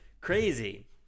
Crazy